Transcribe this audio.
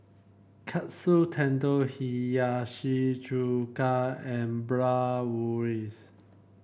Katsu Tendon Hiyashi Chuka and Bratwurst